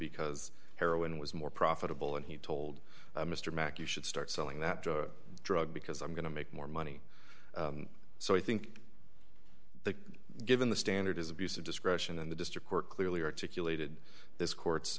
because heroin was more profitable and he told mr mack you should start selling that drug because i'm going to make more money so i think given the standard is abuse of discretion and the district court clearly articulated this court